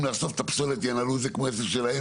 לחסוך את הפסולת ינהלו את זה כאילו זה עסק שלהם,